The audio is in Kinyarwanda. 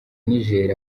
niger